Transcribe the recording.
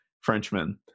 Frenchman